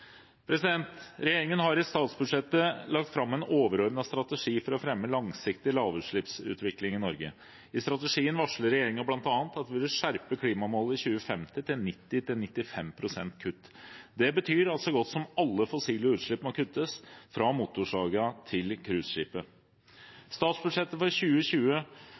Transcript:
Regjeringen har i statsbudsjettet lagt fram en overordnet strategi for å fremme langsiktig lavutslippsutvikling i Norge. I strategien varslet regjeringen bl.a. at vi vil skjerpe klimamålene i 2050 til 90–95 pst. kutt. Det betyr at så godt som alle fossile utslipp må kuttes, fra motorsagen til cruiseskipet. Statsbudsjettet for 2020